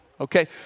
Okay